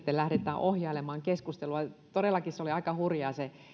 sitten lähdetään ohjailemaan keskustelua todellakin se oli aika hurjaa